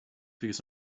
figure